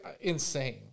insane